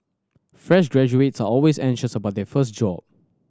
fresh graduates are always anxious about their first job